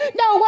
no